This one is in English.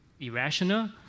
irrational